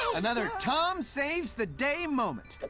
another tom saves the day moment,